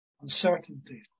uncertainty